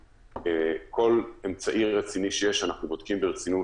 כל אמצעי רציני שיש אנחנו בודקים ברצינות.